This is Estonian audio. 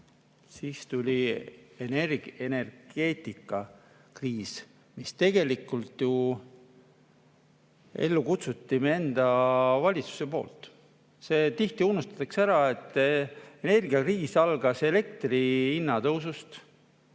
energia‑, energeetikakriis, mis tegelikult ju kutsuti ellu meie enda valitsuse poolt. See tihti unustatakse ära, et energiakriis algas elektri hinna tõusust,